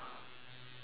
oh no